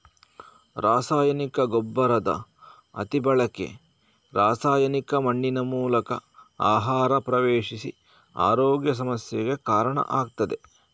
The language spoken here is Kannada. ರಾಸಾಯನಿಕ ಗೊಬ್ಬರದ ಅತಿ ಬಳಕೆ ರಾಸಾಯನಿಕ ಮಣ್ಣಿನ ಮೂಲಕ ಆಹಾರ ಪ್ರವೇಶಿಸಿ ಆರೋಗ್ಯ ಸಮಸ್ಯೆಗೆ ಕಾರಣ ಆಗ್ತದೆ